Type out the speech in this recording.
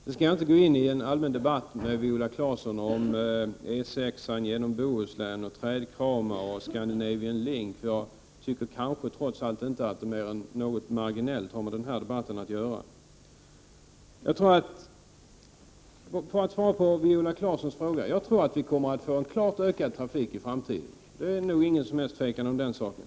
Jag skall inte gå in i en allmän diskussion med Viola Claesson om E 6 genom Bohuslän, trädkramare och Scandinavian Link. Jag tycker trots allt att detta inte mer än marginellt har med den här debatten att göra. Låt mig svara på Viola Claessons fråga. Jag tror att vi kommer att få en klar ökning av trafiken i framtiden, det är nog inget tvivel om den saken.